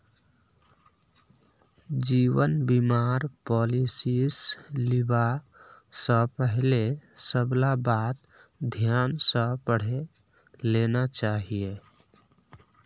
जीवन बीमार पॉलिसीस लिबा स पहले सबला बात ध्यान स पढ़े लेना चाहिए